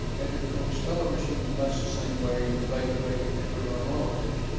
had to approach television much the same way the late, great edward r. ah murrow did.